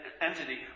entity